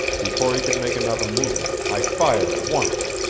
before he could make another movement i fired once,